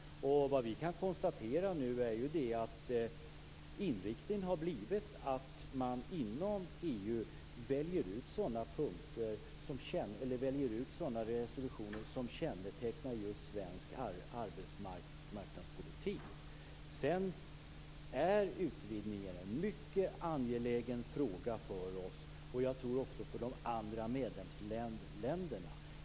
Vad vi nu kan konstatera är att inriktningen har blivit att man inom EU väljer ut sådana resolutioner som kännetecknar just svensk arbetsmarknadspolitik. Sedan är utvidgningen en mycket angelägen fråga för oss, och jag tror att den är det även för de andra medlemsländerna.